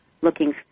looking